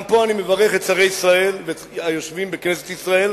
גם פה אני מברך את שרי ישראל ואת היושבים בכנסת ישראל,